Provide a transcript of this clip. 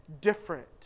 different